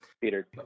Peter